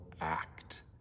act